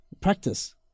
practice